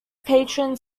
patron